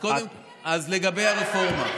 לגבי הרפורמה,